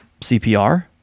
CPR